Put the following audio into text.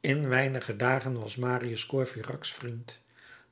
in weinige dagen was marius courfeyrac's vriend